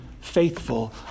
faithful